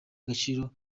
agaciro